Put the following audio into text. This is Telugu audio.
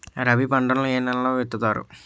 రబీ పంటలను ఏ నెలలో విత్తుతారు?